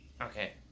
Okay